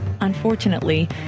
Unfortunately